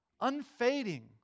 unfading